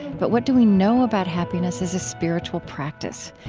but what do we know about happiness as a spiritual practice?